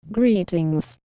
Greetings